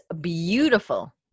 beautiful